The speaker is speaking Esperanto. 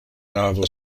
navo